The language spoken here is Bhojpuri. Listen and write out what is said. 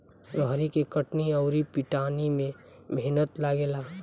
रहरी के कटनी अउर पिटानी में मेहनत लागेला